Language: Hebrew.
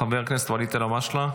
חבר הכנסת ואליד אלהואשלה,